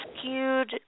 skewed